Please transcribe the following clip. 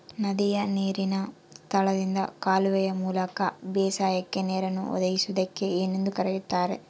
ನದಿಯ ನೇರಿನ ಸ್ಥಳದಿಂದ ಕಾಲುವೆಯ ಮೂಲಕ ಬೇಸಾಯಕ್ಕೆ ನೇರನ್ನು ಒದಗಿಸುವುದಕ್ಕೆ ಏನೆಂದು ಕರೆಯುತ್ತಾರೆ?